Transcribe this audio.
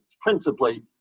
principally